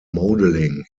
modelling